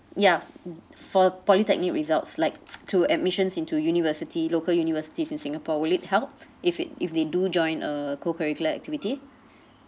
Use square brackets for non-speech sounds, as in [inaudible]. ya [noise] for polytechnic results like to admissions into university local universities in singapore will it help if it if they do join a co curricular activity